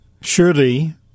Surely